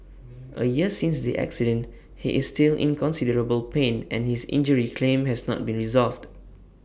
A year since the accident he is still in considerable pain and his injury claim has not been resolved